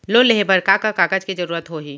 Loan लेहे बर का का कागज के जरूरत होही?